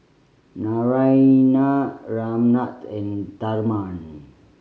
Naraina Ramnath and Tharman